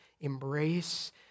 embrace